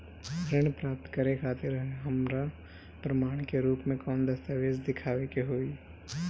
ऋण प्राप्त करे खातिर हमरा प्रमाण के रूप में कौन दस्तावेज़ दिखावे के होई?